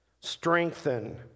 strengthen